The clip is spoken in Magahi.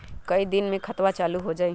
कई दिन मे खतबा चालु हो जाई?